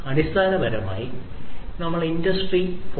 അടിസ്ഥാനപരമായി നമ്മൾ ഇൻഡസ്ട്രി 4